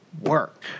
work